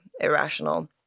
irrational